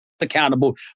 accountable